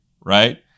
right